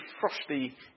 frosty